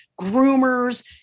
groomers